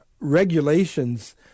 regulations